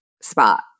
spot